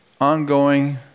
ongoing